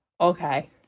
okay